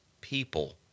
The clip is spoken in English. people